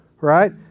right